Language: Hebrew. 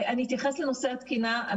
לנושא התקינה.